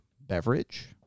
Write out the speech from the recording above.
beverage